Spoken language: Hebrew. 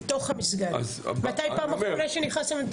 לתוך המסגד, מתי הפעם האחרונה שנכנסתם?